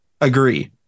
agree